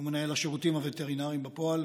הוא מנהל השירותים הווטרינריים בפועל,